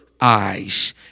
eyes